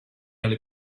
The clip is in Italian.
alle